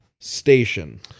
Station